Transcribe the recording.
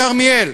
בכרמיאל?